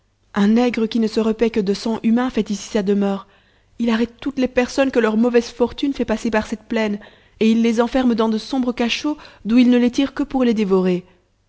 un nègre qui ne se repatt que de sang humain fait ici sa demeure i arrête toutes les personnes que leur mauvaise fortune fait passer par cette plaine et il les enferme dans de sombres cachots d'ou il ne les tire que pour les dévorer